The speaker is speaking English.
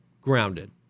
grounded